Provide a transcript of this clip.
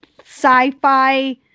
sci-fi